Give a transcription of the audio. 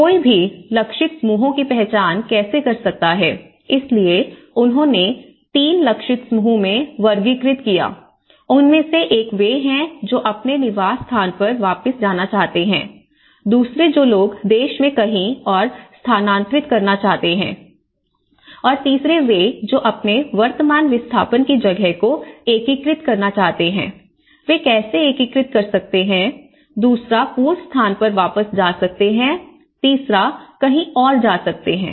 कोई भी लक्षित समूहों की पहचान कैसे कर सकता हैइसलिए उन्होंने तीन लक्षित समूह में वर्गीकृत किया उनमें से एक वे हैं जो अपने निवास स्थान पर वापस जाना चाहते हैं दूसरे जो लोग देश में कहीं और स्थानांतरित करना चाहते हैं और तीसरे वे जो अपने वर्तमान विस्थापन की जगह को एकीकृत करना चाहते हैं वे कैसे एकीकृत कर सकते हैं दूसरा पूर्व स्थान पर वापस जा सकते हैं तीसरा कहीं और जा सकते हैं